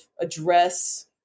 address